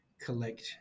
collect